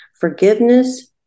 forgiveness